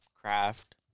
craft